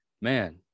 man